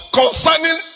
concerning